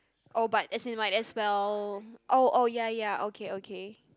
oh but as in what as well oh oh ya ya okay okay